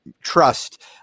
trust